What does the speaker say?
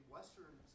Western